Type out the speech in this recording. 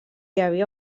havia